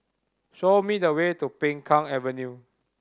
show me the way to Peng Kang Avenue